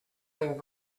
thing